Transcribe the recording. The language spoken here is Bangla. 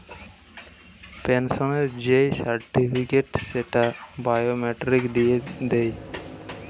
পেনসনের যেই সার্টিফিকেট, সেইটা বায়োমেট্রিক দিয়ে দেয়